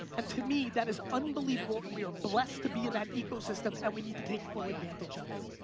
and to me that is unbelievable and we are blessed to be in that ecosystem and we need to take full advantage of it.